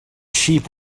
sheep